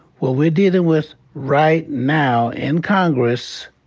what we dealing with right now in congress,